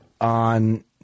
on